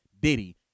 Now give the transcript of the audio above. Diddy